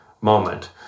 moment